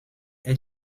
est